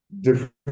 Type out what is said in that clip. different